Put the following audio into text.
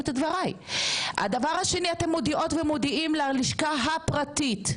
הדבר השני, אתן מודיעות ומודיעים ללשכה הפרטית.